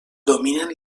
dominen